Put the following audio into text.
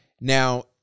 Now-